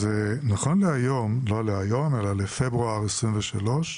נכון לפברואר 23'